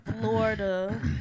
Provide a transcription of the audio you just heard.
Florida